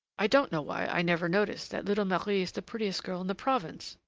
i don't know why i never noticed that little marie is the prettiest girl in the province!